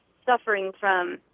suffering from